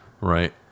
Right